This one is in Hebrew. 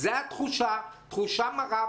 זאת התחושה תחושה מרה.